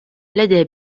لدى